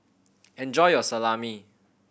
enjoy your Salami